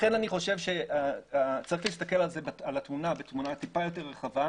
לכן אני חשוב שצריך להסתכל על התמונה כתמונה יותר רחבה,